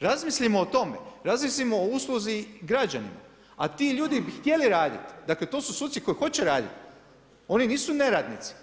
Razmislimo o tome, razmislimo o usluzi građana, a ti ljudi bi htjeli raditi, dakle to su suci koji hoće raditi, oni nisu neradnici,